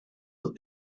that